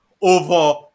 over